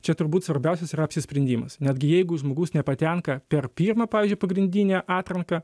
čia turbūt svarbiausias yra apsisprendimas netgi jeigu žmogus nepatenka per pirmą pavyzdžiui pagrindinę atranką